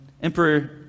Emperor